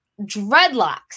dreadlocks